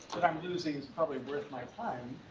that i'm losing is probably worth my time.